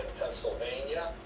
Pennsylvania